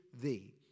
thee